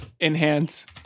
Enhance